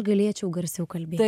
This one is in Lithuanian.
galėčiau garsiau kalbėt